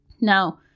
Now